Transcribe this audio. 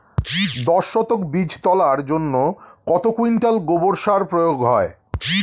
দশ শতক বীজ তলার জন্য কত কুইন্টাল গোবর সার প্রয়োগ হয়?